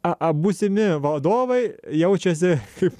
a a būsimi vadovai jaučiasi kaip